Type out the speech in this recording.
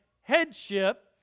headship